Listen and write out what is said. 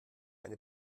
eine